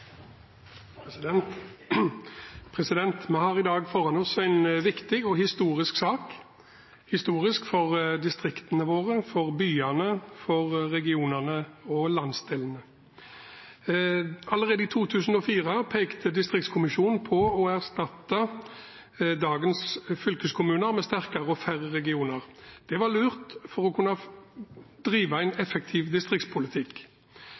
historisk sak – historisk for distriktene våre, for byene, for regionene og for landsdelene. Allerede i 2004 pekte Distriktskommisjonen på å erstatte dagens fylkeskommuner med sterkere og færre regioner. Det var lurt for å kunne drive en effektiv distriktspolitikk.